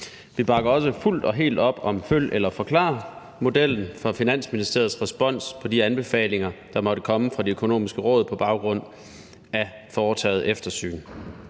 Vi bakker også fuldt og helt op om følg eller forklar-modellen for Finansministeriets respons på de anbefalinger, der måtte komme fra De Økonomiske Råd på baggrund af foretagede eftersyn.